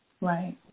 Right